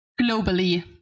globally